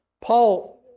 Paul